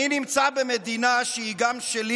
אני נמצא במדינה שהיא גם שלי.